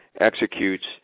executes